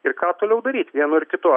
ir ką toliau daryt vienu ir kitu